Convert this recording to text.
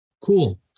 Cool